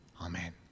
amen